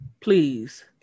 Please